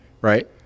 right